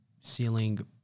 ceiling